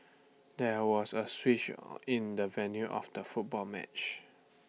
there was A switch in the venue of the football match